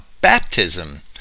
baptism